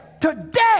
today